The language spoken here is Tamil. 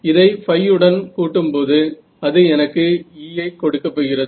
இதை ϕ உடன் கூட்டும்போது அது எனக்கு E ஐ கொடுக்கப் போகிறது